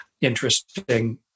interesting